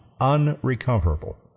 unrecoverable